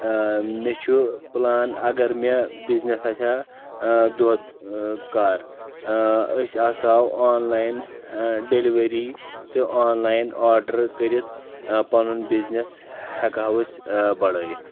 مےٚ چھُ پلان اگر مےٚ بِزنِس آسہِ ہا دۄد کار أسۍ آسہِ ہو آن لاین ڈیلیوری تہٕ آن لاین آڈر کٔرتھ پنُن بِزنِس ہٮ۪کہٕ ہو أسۍ بڑٲوِتھ